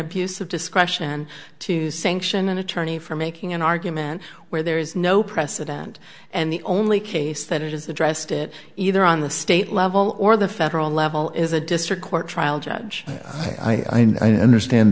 abuse of discretion to sanction an attorney for making an argument where there is no precedent and the only case that is addressed it either on the state level or the federal level is a district court trial judge i understand